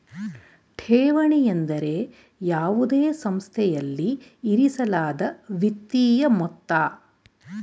ಠೇವಣಿ ಎಂದರೆ ಯಾವುದೇ ಸಂಸ್ಥೆಯಲ್ಲಿ ಇರಿಸಲಾದ ವಿತ್ತೀಯ ಮೊತ್ತ